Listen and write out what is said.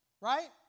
right